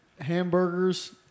Hamburgers